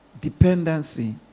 dependency